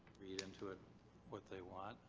read into it what they want.